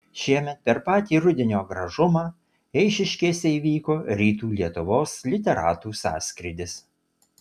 šiemet per patį rudenio gražumą eišiškėse įvyko rytų lietuvos literatų sąskrydis